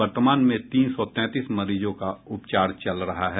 वर्तमान में तीन सौ तैंतीस मरीजों का उपचार चल रहा है